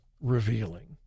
revealing